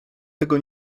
tego